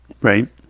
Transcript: right